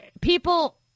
people